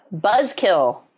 Buzzkill